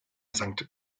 sankt